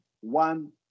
one